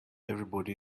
everybody